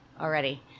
already